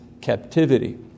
captivity